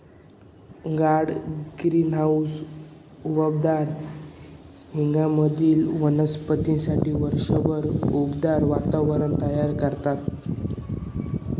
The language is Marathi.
गार्डन ग्रीनहाऊस उबदार हंगामातील वनस्पतींसाठी वर्षभर उबदार वातावरण तयार करतात